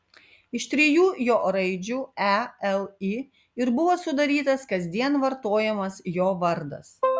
iš trijų jo raidžių e l i ir buvo sudarytas kasdien vartojamas jo vardas